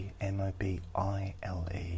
M-O-B-I-L-E